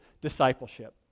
discipleship